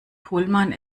pohlmann